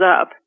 up